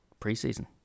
preseason